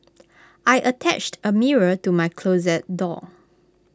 I attached A mirror to my closet door